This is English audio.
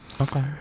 okay